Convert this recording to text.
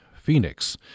Phoenix